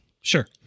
Sure